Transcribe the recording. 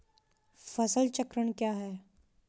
फसल चक्रण क्या है?